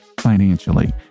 financially